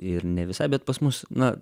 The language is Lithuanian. ir ne visai bet pas mus na